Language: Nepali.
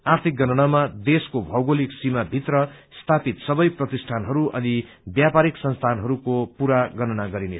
आर्थिक गणनामा देशको भौगोलिक सीमा भित्र स्थापित सबै प्रतिष्ठानहरू अनि व्यापारिक संस्थानहरूको पूरा गणना गरिन्छ